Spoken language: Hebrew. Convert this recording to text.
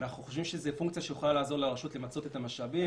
אנחנו חושבים שזו פונקציה שיכולה לעזור לרשות למצות את המשאבים,